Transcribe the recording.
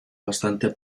bastante